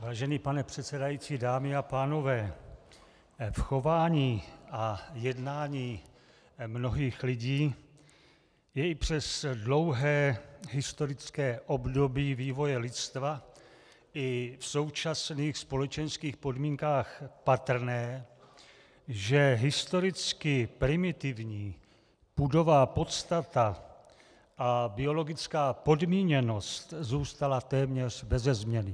Vážený pane předsedající, dámy a pánové, v chování a jednání mnohých lidí je i přes dlouhé historické období vývoje lidstva i v současných společenských podmínkách patrné, že historicky primitivní pudová podstata a biologická podmíněnost zůstala téměř beze změny.